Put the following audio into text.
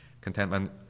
Contentment